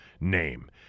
name